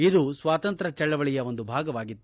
ಇದು ಸ್ವಾತಂತ್ರ್ಯ ಚಳವಳಿಯ ಒಂದು ಭಾಗವಾಗಿತ್ತು